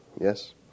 Yes